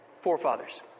forefathers